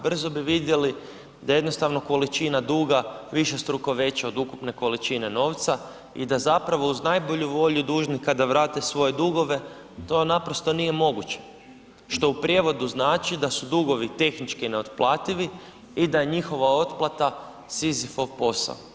Brzo bi vidjeli da jednostavno količina duga višestruko veća od ukupne količine novca i da zapravo uz najbolju volju dužnika da vrate svoje dugove, to naprosto nije moguće što u prijevodu znači da su dugovi tehnički neotplativi i da njihova otplata Sizifov posao.